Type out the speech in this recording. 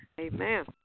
Amen